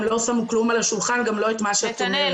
הם לא שמו כלום על השולחן, גם לא את מה שאת אומרת.